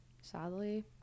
sadly